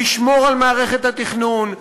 לשמור על מערכת התכנון,